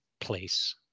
place